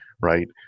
right